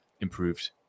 improved